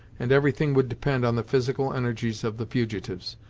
and everything would depend on the physical energies of the fugitives.